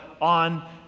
on